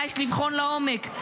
מה יש לבחון לעומק?